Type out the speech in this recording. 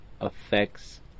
affects